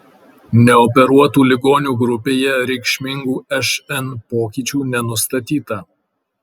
neoperuotų ligonių grupėje reikšmingų šn pokyčių nenustatyta